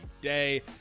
day